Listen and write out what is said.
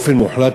באופן מוחלט,